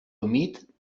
humit